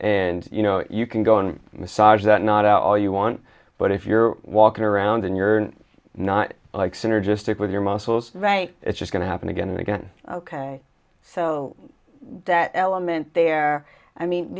and you know you can go on massage that not all you want but if you're walking around and you're not like synergistic with your muscles right it's just going to happen again and again ok so that element there i mean